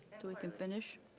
we can finish.